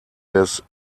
des